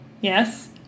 Yes